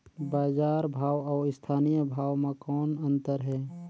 बजार भाव अउ स्थानीय भाव म कौन अन्तर हे?